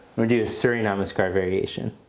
we'll do a surya namaskar variation.